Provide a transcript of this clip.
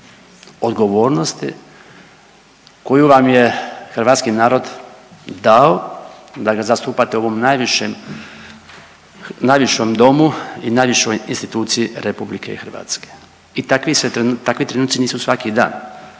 odgovornosti koju vam je hrvatski narod dao da ga zastupate u ovom najvišem, najvišom domu i najvišoj instituciji RH. I takvi se .../nerazumljivo/... takvi trenuci nisu svaki dan.